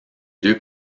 deux